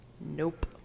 nope